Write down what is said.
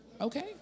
Okay